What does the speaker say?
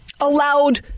allowed